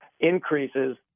increases